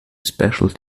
special